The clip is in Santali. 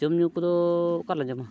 ᱡᱚᱢ ᱧᱩ ᱠᱚᱫᱚ ᱚᱠᱟᱨᱮᱞᱟᱝ ᱡᱚᱢᱟ